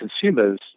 consumers